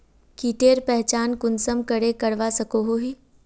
कीटेर पहचान कुंसम करे करवा सको ही?